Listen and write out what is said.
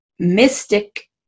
mystic